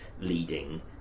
leading